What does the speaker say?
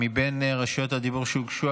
מבין הבקשות לדיבור שהוגשו,